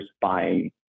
buying